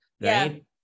right